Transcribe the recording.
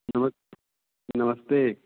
नमस्ते नमस्ते